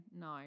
no